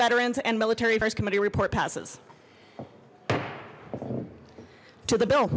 veterans and military affairs committee report passes to the bill